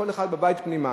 כל אחד בבית פנימה?